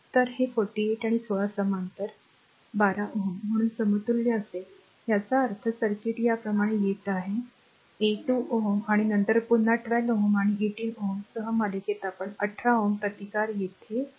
तर हे 48 आणि 16 समांतर 12 Ω म्हणून समतुल्य असेल याचा अर्थ सर्किट याप्रमाणे येत आहे a2 Ω आणि नंतर पुन्हा 12 Ω 18Ω सह मालिकेत आहे कारण 18 Ω प्रतिकार येथे आहे